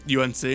UNC